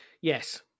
yes